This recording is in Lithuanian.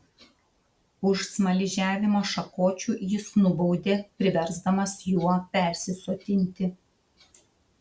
už smaližiavimą šakočiu jis nubaudė priversdamas juo persisotinti